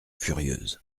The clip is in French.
furieuse